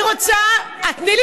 תני לי